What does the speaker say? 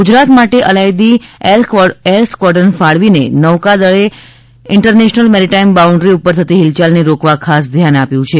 ગુજરાત માટે અલાયદી air squadron ફાળવી ને નૌકાદળે ઇન્ટરનેશનલ મેરિટાઇમ બાઉન્ડરી ઉપર થતી હિલચાલ ને રોકવા ખાસ ધ્યાન આપ્યું છે